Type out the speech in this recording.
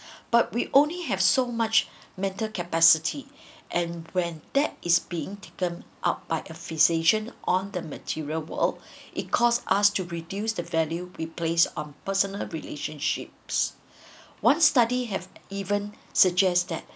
but we only have so much mental capacity and when that is being taken out by a fixation on the material world it caused us to reduce the value replace on personal relationships one study have even suggest that